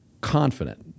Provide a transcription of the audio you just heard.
confident